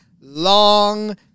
long